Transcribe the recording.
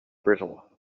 brittle